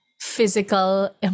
physical